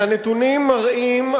והנתונים מראים,